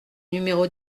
numéro